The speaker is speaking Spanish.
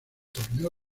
torneo